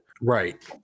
right